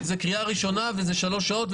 זו קריאה ראשונה וזה שלוש שעות,